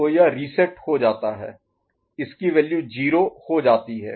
तो यह रीसेट हो जाता है इसकी वैल्यू 0 हो जाती है